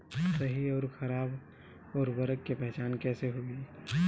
सही अउर खराब उर्बरक के पहचान कैसे होई?